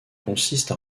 consiste